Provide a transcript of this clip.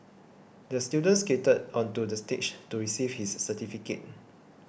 the student skated onto the stage to receive his certificate